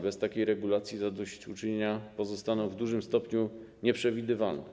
Bez takiej regulacji zadośćuczynienia pozostaną w dużym stopniu nieprzewidywalne.